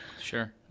Sure